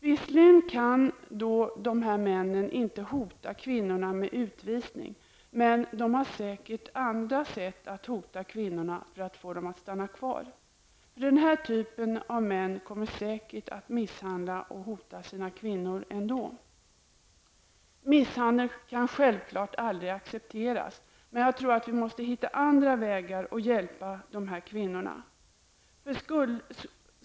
Visserligenkan då dessa män inte hota kvinnorna med utvisning, men de har säkert andra sätt att hota kvinnorna för att få dem att stanna kvar. Den här typen av män kommer säkert att misshandla och hota sina kvinnor ändå. Mishandel kan självklart aldrig accepteras, men vi måste hitta andra vägar att hjälpa dessa kvinnor.